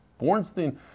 Bornstein